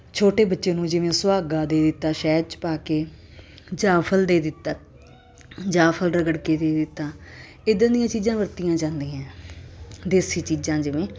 ਛੋਟੇ ਬੱਚੇ ਨੂੰ ਜਿਵੇਂ ਸੁਹਾਗਾ ਦੇ ਤਾ ਸ਼ਹਿਰ 'ਚ ਪਾ ਕੇ ਜਾਇਫਲ ਦੇ ਦਿੱਤਾ ਜਾਇਫਲ ਰਗੜ ਕੇ ਦੇ ਦਿੱਤਾ ਇੱਦਾਂ ਦੀਆਂ ਚੀਜ਼ਾਂ ਵਰਤੀਆਂ ਜਾਂਦੀਆਂ ਦੇਸੀ ਚੀਜ਼ਾਂ ਜਿਵੇਂ